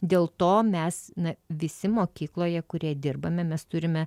dėl to mes na visi mokykloje kurie dirbame mes turime